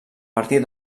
partir